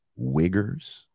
wiggers